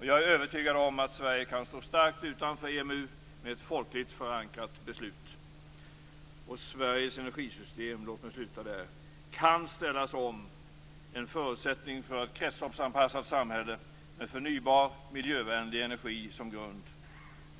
Jag är övertygad om att Sverige kan stå starkt utanför EMU, med ett folkligt förankrat beslut. Sveriges energisystem - låt mig sluta med det - kan ställas om. Det är en förutsättning för ett kretsloppsanpassat samhälle, med förnybar, miljövänlig energi som går runt.